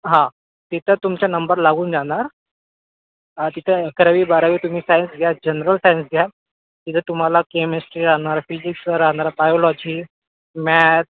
तिथं तुमचा नंबर लागून जाणार तिथं अकरावी बारावी तुम्ही सायन्स घ्या जनरल सायन्स घ्या तिथं तुम्हाला केमिस्ट्री राहणार फिजिक्स राहणार बायोलॉजी मॅथ